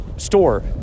Store